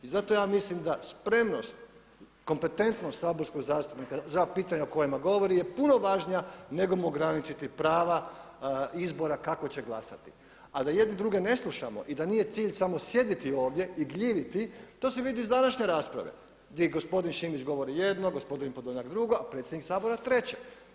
I zato ja mislim da spremnost, kompetentnost saborskog zastupnika za pitanja o kojima govori je puno važnija nego mu ograničiti prava izbora kako će glasati, a da jedni druge ne slušamo i da nije cilj samo sjediti ovdje i gljiviti to se vidi iz današnje rasprave, gdje je gospodin Šimić govori jedno, gospodin Podolnjak drugo, a predsjednik Sabora treće.